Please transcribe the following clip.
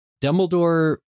Dumbledore